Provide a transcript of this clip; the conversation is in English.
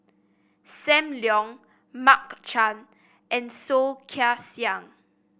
Sam Leong Mark Chan and Soh Kay Siang